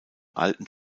alten